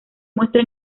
muestra